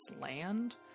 land